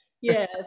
Yes